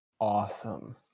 awesome